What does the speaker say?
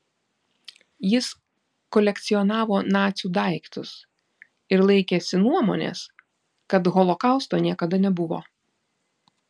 jis kolekcionavo nacių daiktus ir laikėsi nuomonės kad holokausto niekada nebuvo